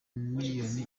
millicom